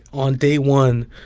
on day one,